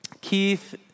Keith